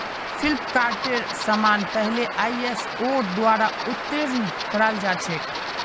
फ्लिपकार्टेर समान पहले आईएसओर द्वारा उत्तीर्ण कराल जा छेक